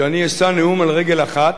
שאני אשא נאום על רגל אחת,